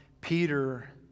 Peter